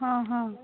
ହଁ ହଁ